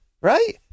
Right